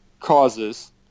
causes